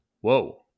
Whoa